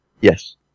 Yes